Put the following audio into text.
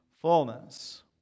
Fullness